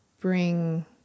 Bring